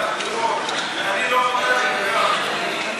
אני